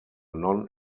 non